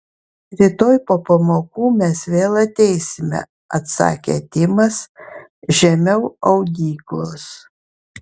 rytoj po pamokų mes vėl ateisime atsakė timas žemiau audyklos